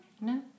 No